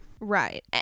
Right